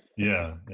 yeah.